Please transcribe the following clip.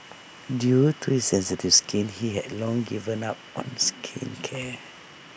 due to his sensitive skin he had long given up on skincare